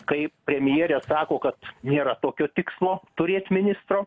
kaip premjerė sako kad nėra tokio tikslo turėt ministro